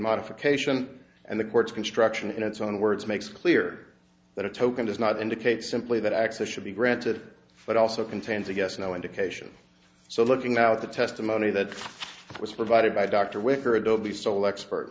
modification and the court's construction in its own words makes clear that a token does not indicate simply that access should be granted but also contains a guess no indication so looking out the testimony that was provided by dr wicker adobe sole expert